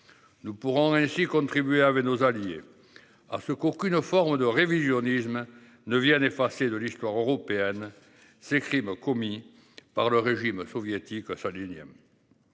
Nous pourrons ainsi contribuer avec nos alliés à ce cours qu'une forme de révisionnisme ne Vienne effacer de l'histoire européenne. Ces crimes commis par le régime soviétique. Énième.